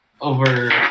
over